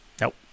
Nope